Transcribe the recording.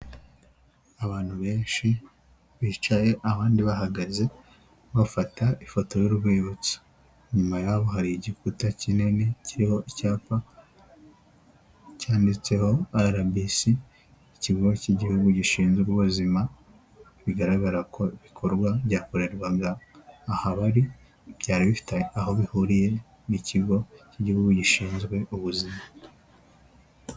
Abantu benshi bicaye abandi bahagaze, bafata ifoto y'urwibutso, inyuma y'abo hari igikuta kinini kiriho icyapa cyanditseho RBC, ikigo k'igihugu gishinzwe ubuzima, bigaragara ko ibikorwa byakorerwaga aha bari byari bifite aho bihuriye n'ikigo k'igihugu gishinzwe ubuzima.